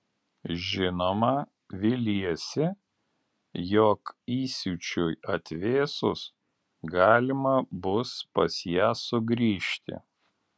žinoma viliesi jog įsiūčiui atvėsus galima bus pas ją sugrįžti